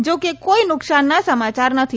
જો કે કોઈ નુકસાનના સમાચાર નથી